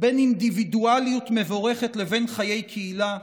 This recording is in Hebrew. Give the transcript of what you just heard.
בין אינדיבידואליות מבורכת לבין חיי קהילה,